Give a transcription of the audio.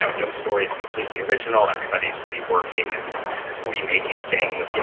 no no story is completely original. everybody's reworking and remaking things. you know